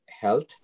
health